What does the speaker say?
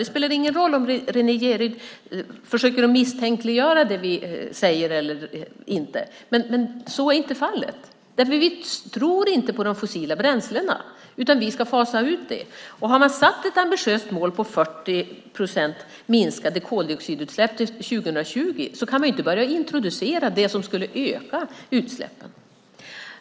Det spelar ingen roll om Renée Jeryd försöker misstänkliggöra det vi säger. Vi tror inte på de fossila bränslena. Vi ska fasa ut dem. Har man satt ett ambitiöst mål på 40 procent minskade koldioxidutsläpp till år 2020 kan man inte börja introducera något som skulle öka utsläppen.